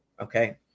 Okay